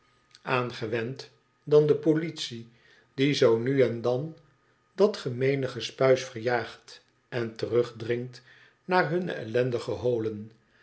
aangewend dan de politie die zoo nu en dan dat gomeene gespuis verjaagt en terugdringt naar hunne ellendige holen